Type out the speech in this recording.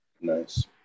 Nice